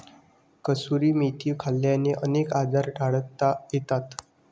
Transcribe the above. कसुरी मेथी खाल्ल्याने अनेक आजार टाळता येतात